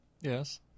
Yes